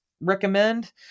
recommend